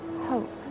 hope